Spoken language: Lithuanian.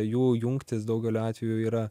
jų jungtis daugeliu atvejų yra